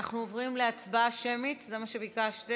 אנחנו עוברים להצבעה שמית, זה מה שביקשתם.